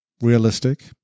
realistic